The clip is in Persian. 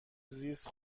زیست